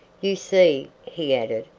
you see, he added,